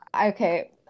Okay